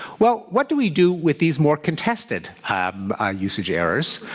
well, what do we do with these more contested usage errors?